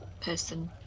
person